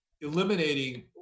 eliminating